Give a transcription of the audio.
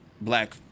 black